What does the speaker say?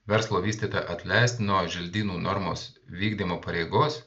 verslo vystyta atleist nuo želdynų normos vykdymo pareigos